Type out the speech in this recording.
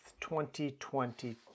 2022